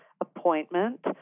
appointment